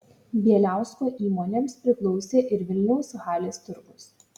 bieliausko įmonėms priklausė ir vilniaus halės turgus